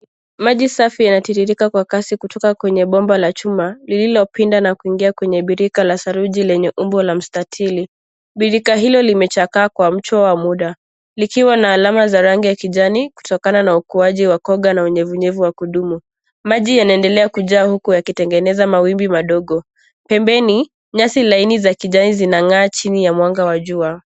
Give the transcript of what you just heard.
Maji safi yanatiririka kwa kasi kutoka kwenye bomba la chuma lililopinda na kuingia kwenye birika la saruji lenye umbo la mstatili. Birika hilo limechaka kwa mchwa wa muda likiwa na alama za rangi ya kijani kutokana na ukuwaji wa koga na unyevunyevu wa kudumu. Maji yanaendelea kujaa huku yakitengeneza mawimbi madogo. Pembeni nyasi laini za kijani zinang'aa chini ya mwanga wa jua.